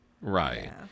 Right